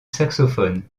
saxophone